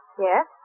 Yes